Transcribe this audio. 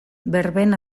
berben